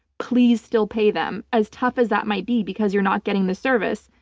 please still pay them, as tough as that might be because you're not getting the service,